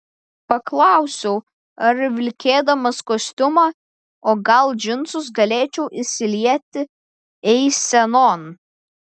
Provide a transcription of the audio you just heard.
paklausiau ar vilkėdamas kostiumą o gal džinsus galėčiau įsilieti eisenon